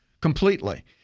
completely